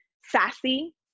sassy